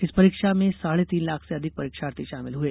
इस परीक्षा में साढ़े तीन लाख से अधिक परीक्षार्थी षामिल हुए